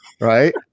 right